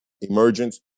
emergence